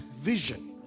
vision